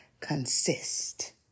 consist